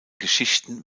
geschichten